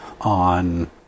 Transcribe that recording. on